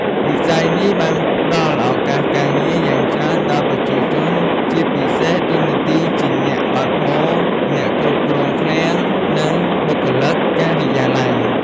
វិស័យនេះបានផ្តល់ឱកាសការងារយ៉ាងច្រើនដល់ប្រជាជន ជាពិសេសតួនាទីជាអ្នកបើកបរ អ្នកគ្រប់គ្រងឃ្លាំង និងបុគ្គលិកការិយាល័យ។